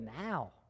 now